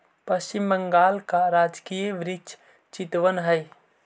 पश्चिम बंगाल का राजकीय वृक्ष चितवन हई